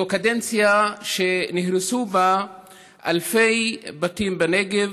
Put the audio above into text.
זו קדנציה שנהרסו בה אלפי בתים בנגב.